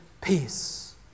peace